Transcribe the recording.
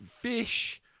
fish